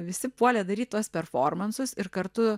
visi puolė daryt tuos performansus ir kartu